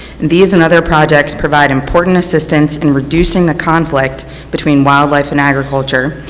these and other projects provide important assistance in reducing the conflict between wildlife and agriculture.